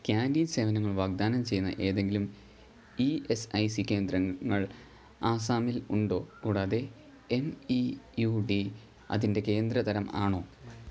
canteen സേവനങ്ങൾ വാഗ്ദാനം ചെയ്യുന്ന ഏതെങ്കിലും ഇ എസ് ഐ സീ കേന്ദ്രങ്ങൾ ആസാമിൽ ഉണ്ടോ കൂടാതെ എം ഈ യൂ ഡി അതിന്റെ കേന്ദ്ര തരം ആണോ